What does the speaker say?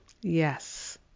Yes